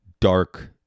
dark